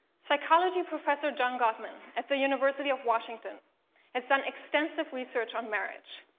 psychology professor john gottman at the university of washington has done extensive research on marriage.